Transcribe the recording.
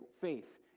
faith